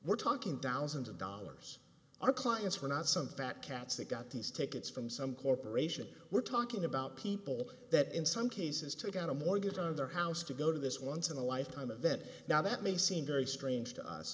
we're talking down thousands of dollars our clients were not some fat cats that got these tickets from some corporation we're talking about people that in some cases took out a mortgage on their house to go to this once in a lifetime event now that may seem very strange to us